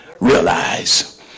realize